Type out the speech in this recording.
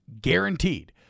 guaranteed